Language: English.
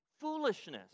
foolishness